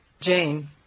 Jane